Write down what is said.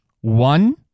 one